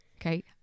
Okay